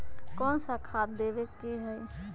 कोन सा खाद देवे के हई?